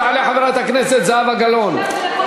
תעלה חברת הכנסת זהבה גלאון.